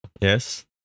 yes